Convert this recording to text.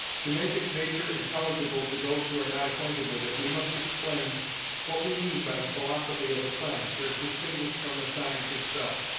to make its nature intelligible to those who are not acquainted with it, we must explain what we mean by the philosophy of a science, as distinguished from the science itself.